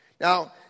Now